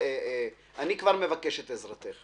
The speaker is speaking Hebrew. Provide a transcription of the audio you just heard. אני כבר מבקש את עזרתך.